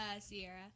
Sierra